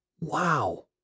Wow